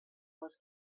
wars